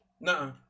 No